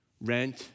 Rent